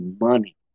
money